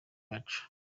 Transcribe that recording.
yacu